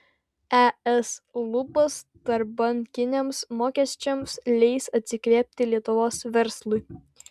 es lubos tarpbankiniams mokesčiams leis atsikvėpti lietuvos verslui